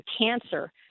Cancer